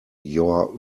your